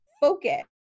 focus